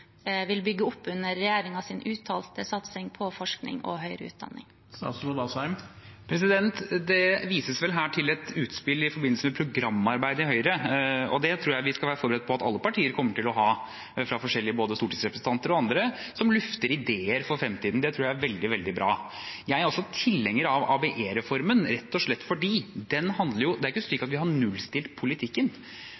vil bygge opp under regjeringens uttalte satsing på forskning og høyere utdanning? Det vises vel her til et utspill i forbindelse med programarbeidet i Høyre. Jeg tror vi skal være forberedt på at både stortingsrepresentanter og andre, fra alle partier, kommer til å lufte ideer for fremtiden, og det tror jeg er veldig, veldig bra. Jeg er også tilhenger av